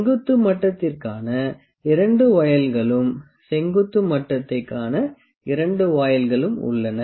செங்குத்து மட்டத்திற்கான 2 வொயில்களும் செங்குத்து மட்டத்தைக் காண 2 வொயில்களும் உள்ளன